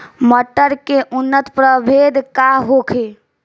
मटर के उन्नत प्रभेद का होखे?